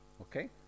okay